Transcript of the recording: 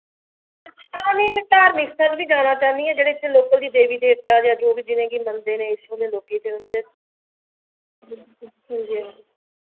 हां नेईं में धार्मिक स्थल बी जाना चाह् न्नी आं जेह्ड़े इत्थै लोकल देवी देवता जां जो बी जि'नें गी मनदे न इत्थूं दे लोकी ते उं'दे हांजी हां